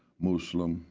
muslim,